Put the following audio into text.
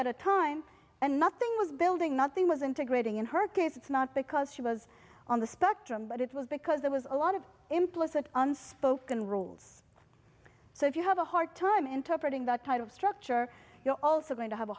at a time and nothing was building nothing was integrating in her case it's not because she was on the spectrum but it was because there was a lot of implicit unspoken rules so if you have a hard time interpreting that kind of structure you're also going to have a